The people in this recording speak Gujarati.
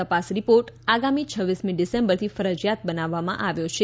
તપાસ રીપોર્ટ આગામી છવ્વીસમી ડિસેમ્બરથી ફરજિયાત બનાવવામાં આવ્યો છે